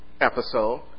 episode